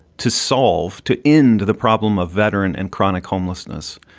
to solve. to end the problem of veteran and chronic homelessness.